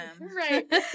Right